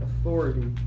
authority